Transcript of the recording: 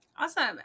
Awesome